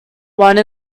one